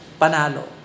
panalo